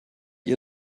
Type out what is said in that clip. ihr